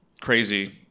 crazy